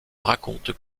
raconte